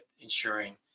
ensuring